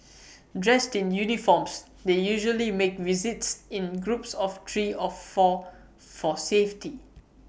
dressed in uniforms they usually make visits in groups of three of four for safety